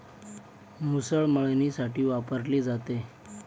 मुसळ मळणीसाठी वापरली जाते